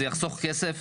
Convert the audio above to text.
זה יחסוך כסף,